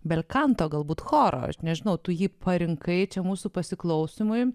belkanto galbūt choro aš nežinau tu jį parinkai čia mūsų pasiklausymui